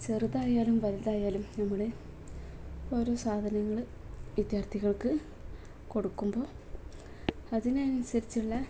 ചെറുതായാലും വലുതായാലും നമ്മുടെ ഓരോ സാധനങ്ങൾ വിദ്യാർത്ഥികൾക്കു കൊടുക്കുമ്പോൾ അതിനനുസരിച്ചുള്ള